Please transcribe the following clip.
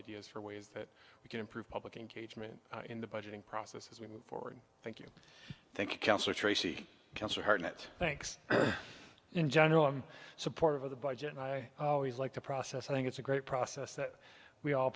ideas for ways that we can improve public engagement in the budgeting process as we move forward thank thank you counselor tracy cancer hartnett thanks in general i'm supportive of the budget and i always like the process i think it's a great process that we all